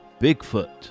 Bigfoot